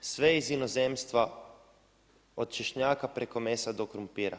Sve iz inozemstva od češnjaka, preko mesa do krumpira.